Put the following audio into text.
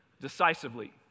decisively